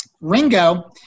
Ringo